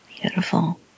Beautiful